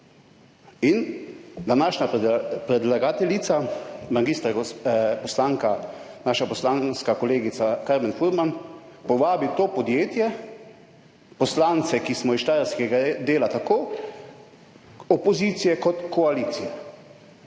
In današnja predlagateljica, mag. poslanka, naša poslanska kolegica Karmen Furman povabi v to podjetje poslance, ki smo iz štajerskega dela, tako opozicije kot koalicije